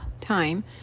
time